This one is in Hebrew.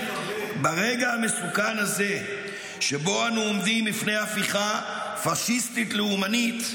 ברגע המסוכן הזה שבו אנו עומדים בפני הפיכה פשיסטית לאומנית,